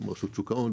גם עם רשות שוק ההון,